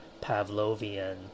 Pavlovian